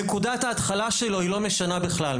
נקודת ההתחלה שלו היא לא משנה בכלל,